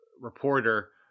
reporter